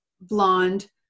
blonde